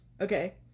okay